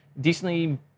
decently